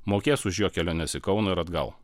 mokės už jo keliones į kauną ir atgal